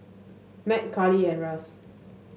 Mack Karli and Russ